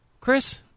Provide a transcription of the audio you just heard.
chris